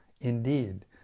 indeed